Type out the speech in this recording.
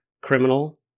criminal